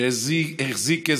שיחיה,